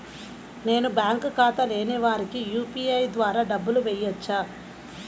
నేను బ్యాంక్ ఖాతా లేని వారికి యూ.పీ.ఐ ద్వారా డబ్బులు వేయచ్చా?